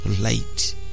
light